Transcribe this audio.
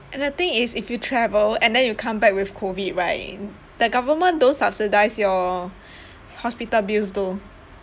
and the thing is if you travel and then you come back with COVID right the government don't subsidise your hospital bills though